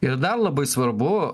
ir dar labai svarbu